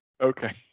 Okay